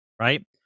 right